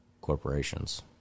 corporations